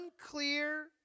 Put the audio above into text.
unclear